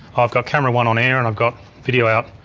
i've got camera one on-air and i've got video out,